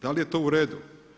Da li je to uredu?